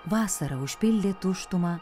vasara užpildė tuštumą